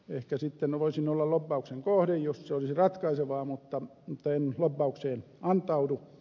ehkä sitten voisin olla lobbauksen kohde jos se olisi ratkaisevaa mutta en lobbaukseen antaudu